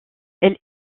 elle